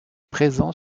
présent